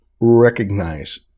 recognize